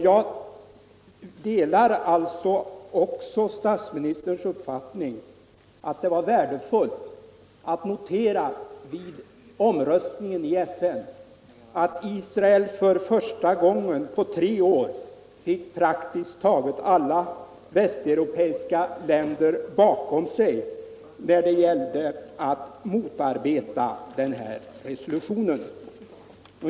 Jag håller också med statsministern om att det var värdefullt att notera att Israel vid omröstningen i FN för första gången på tre år fick praktiskt taget alla västeuropeiska länder bakom sig när det gällde att motarbeta den här resolutionen.